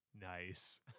Nice